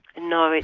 no,